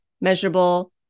measurable